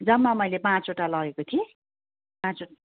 जम्मा मैले पाँचवटा लगेको थिएँ पाँच